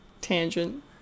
tangent